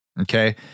Okay